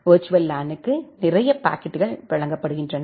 virtual லேனுக்கு நிறைய பாக்கெட்டுகள் வழங்கப்படுகின்றன